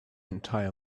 entire